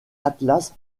atlas